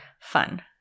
fun